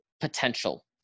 potential